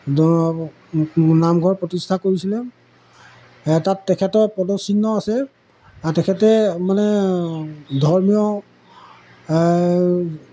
নামঘৰ প্ৰতিষ্ঠা কৰিছিলে তাত তেখেতৰ পদচিহ্ন আছে তেখেতে মানে ধৰ্মীয়